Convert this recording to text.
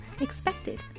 expected